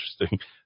interesting